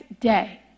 day